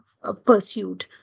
pursued